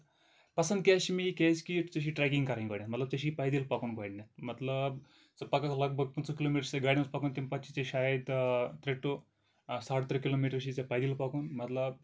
پسنٛد کیازِ چھُ مےٚ یہِ کیازِ کہِ ژےٚ چھِ ٹریکِنٛگ کَرٕنۍ گۄڈٕنیتھ مطلب ژےٚ چھ پایدلۍ پَکُن گۄڈٕنیتھ مطلب ژٕ پَککھ لگ بگ پٕنٛژٕہ کُلومیٖٹر چھُی ژےٚ گاڑِ منٛز پَکُن تَمہِ پَتہٕ چھُی ژےٚ شاید ترٛےٚ ٹو ساڈٕ ترٛے ٚکِلومیٖٹر چھُی ژےٚ پایدلۍ پَکُن مطلب